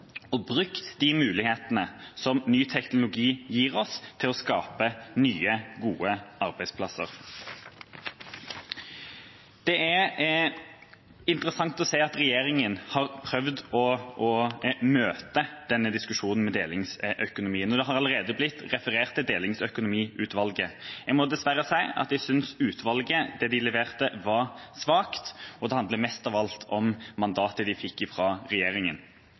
og brukt de mulighetene som ny teknologi gir oss til å skape nye, gode arbeidsplasser. Det er interessant å se at regjeringa har prøvd å møte denne diskusjonen med delingsøkonomien. Det har allerede blitt referert til Delingsøkonomiutvalget. Jeg må dessverre si at jeg synes det som utvalget leverte, var svakt, og det handler mest av alt om mandatet de fikk fra